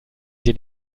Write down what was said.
sie